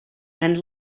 and